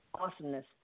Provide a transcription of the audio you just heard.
awesomeness